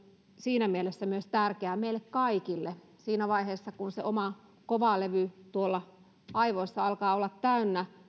siinä mielessä myös tärkeää meille kaikille että siinä vaiheessa kun se oma kovalevy tuolla aivoissa alkaa olla täynnä